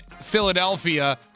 Philadelphia